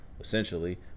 Essentially